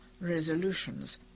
resolutions